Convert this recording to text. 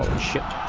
ship